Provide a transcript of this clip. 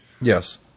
Yes